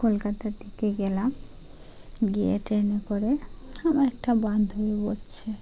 কলকাতার দিকে গেলাম গিয়ে ট্রেনে করে আমার একটা বান্ধবী বলছে